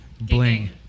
Bling